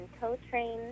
co-train